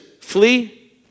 flee